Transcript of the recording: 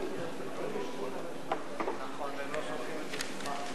אדוני היושב-ראש,